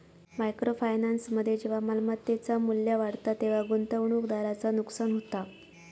micro फायनान्समध्ये जेव्हा मालमत्तेचा मू्ल्य वाढता तेव्हा गुंतवणूकदाराचा नुकसान होता